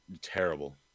terrible